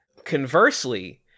Conversely